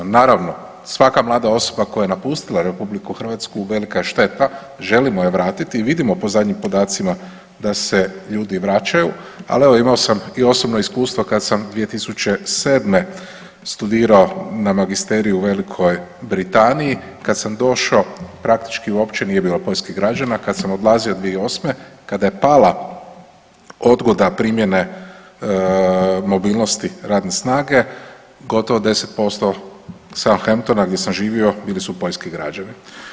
Naravno svaka mlada osoba koja je napustila RH velika je šteta, želimo je vratiti i vidimo po zadnjim podacima da se ljudi vraćaju, ali evo imao sam i osobna iskustva kad sam 2007. studirao na magisteriju u Velikoj Britaniji, kad sam došao praktički uopće nije bilo poljskih građana kad sam odlazio 2008. kada je pala odgoda primjene mobilnosti radne snage gotovo 10% Southampton gdje sam živio bili su poljski građani.